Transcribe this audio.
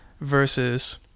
versus